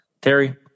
Terry